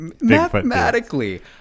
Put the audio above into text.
mathematically